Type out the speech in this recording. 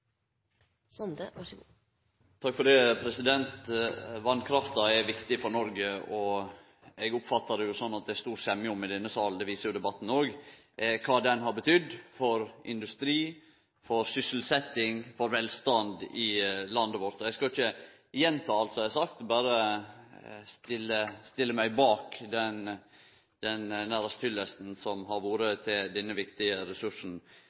det stor semje om i denne salen. Debatten viser jo òg kva vasskrafta har betydd for industri, for sysselsetting og for velstand i landet vårt. Eg skal ikkje gjenta alt som er sagt, men berre stille meg bak den – nærast – hyllesta som har kome til denne viktige ressursen